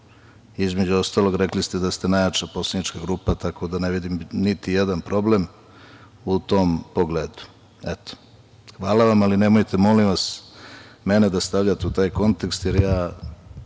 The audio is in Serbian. Između ostalog, rekli ste da ste najjača poslanička grupa toko da ne vidim niti jedan problem u tom pogledu. Eto, hvala vam, ali nemojte molim vas mene da stavljate u taj kontekst, jer ja